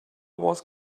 was